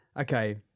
okay